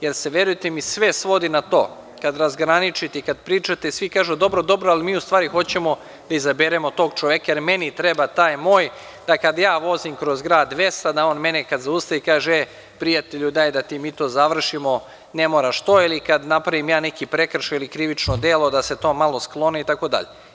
Jer, verujte mi, sve se svodi na to da kad razgraničite i kada pričate, svi kažu – dobro, dobro, ali mi u stvari hoćemo da izaberemo tog čoveka jer meni treba taj moj da kada ja vozim kroz grad 200, da on mene kad zaustavi kaže – prijatelju, daj da ti mi to završimo, ne moraš to, ili kad napravim ja neki prekršaj ili krivično delo, da se to malo skloni itd.